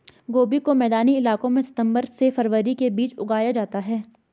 गोभी को मैदानी इलाकों में सितम्बर से फरवरी के बीच उगाया जाता है